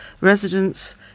residents